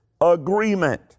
Agreement